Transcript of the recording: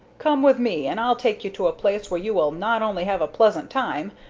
come with me and i'll take you to a place where you will not only have a pleasant time,